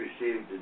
received